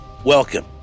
Welcome